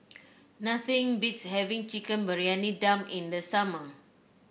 nothing beats having Chicken Briyani Dum in the summer